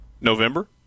November